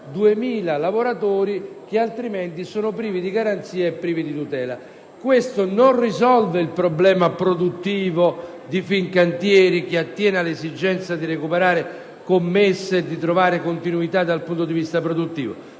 2.000 lavoratori che altrimenti sono privi di garanzia e di tutela. Ciò non risolve il problema produttivo di Fincantieri, che attiene all'esigenza di recuperare commesse e di trovare continuità dal punto di vista produttivo,